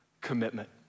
commitment